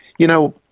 you know,